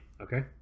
okay